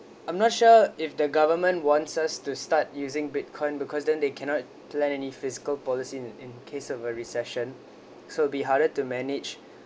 I'm not sure if the government wants us to start using bitcoin because then they cannot plan any fiscal policy in in case of a recession so it'd be harder to manage